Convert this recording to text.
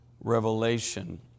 revelation